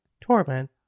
torment